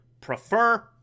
prefer